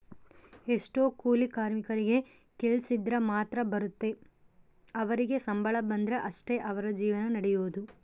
ಎಷ್ಟೊ ಕೂಲಿ ಕಾರ್ಮಿಕರಿಗೆ ಕೆಲ್ಸಿದ್ರ ಮಾತ್ರ ಬರುತ್ತೆ ಅವರಿಗೆ ಸಂಬಳ ಬಂದ್ರೆ ಅಷ್ಟೇ ಅವರ ಜೀವನ ನಡಿಯೊದು